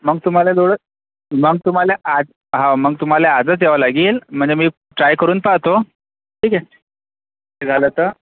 मग तुम्हाला थोडं मग तुम्हाला हो मग तुम्हाला आजच यावं लागेल म्हणजे मी ट्राय करून पाहतो ठीक आहे हे झालं तर